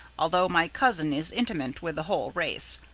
although my cousin is intimate with the whole race.